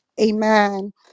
Amen